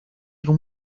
como